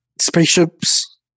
spaceships